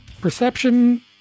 Perception